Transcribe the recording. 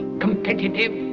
competitive.